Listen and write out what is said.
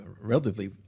relatively